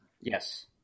Yes